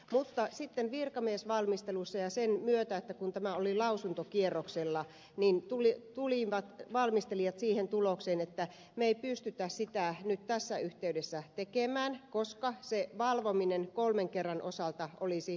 mutta sitten virkamiesvalmistelussa ja sen myötä kun tämä oli lausuntokierroksella valmistelijat tulivat siihen tulokseen että me emme pysty sitä nyt tässä yhteydessä tekemään koska se valvominen kolmen kerran osalta olisi hankalaa